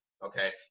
Okay